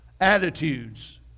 attitudes